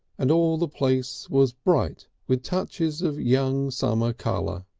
and all the place was bright with touches of young summer colour.